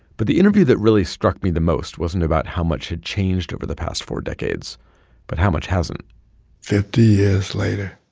but the interview that really struck me the most wasn't about how much had changed over the past four decades but how much hasn't fifty years later,